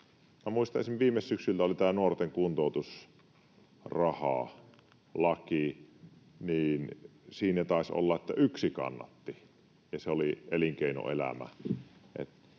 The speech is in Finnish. muistan esim. viime syksyltä tämän nuorten kuntoutusrahalain, ja siinä taisi olla, että yksi kannatti, ja se oli elinkeinoelämä.